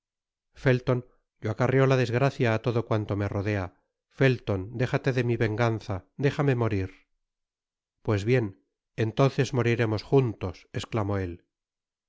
felton yo acarreo la desgracia á todo cuanto me rodea felton déjate de mi venganza déjame morir pues bien entonces moriremos juntos i esclamó él